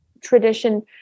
tradition